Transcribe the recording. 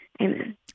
Amen